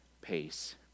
pace